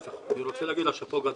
שאפו גדול.